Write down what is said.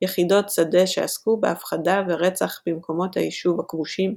- יחידות שדה שעסקו בהפחדה ורצח במקומות היישוב הכבושים,